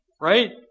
right